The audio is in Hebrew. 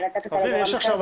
יש עכשיו